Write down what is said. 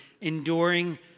enduring